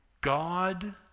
God